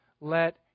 let